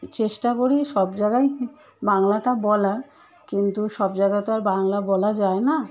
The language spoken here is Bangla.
চেষ্টা করি সব জাগায় বাংলাটা বলার কিন্তু সব জায়গা তো আর বাংলা বলা যায় না